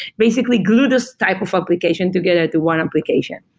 basically, glue this type of application together to one application.